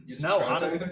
no